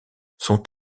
sont